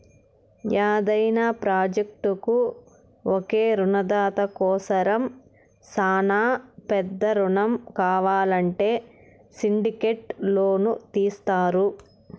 యాదైన ప్రాజెక్టుకు ఒకే రునదాత కోసరం శానా పెద్ద రునం కావాలంటే సిండికేట్ లోను తీస్తారు